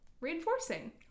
reinforcing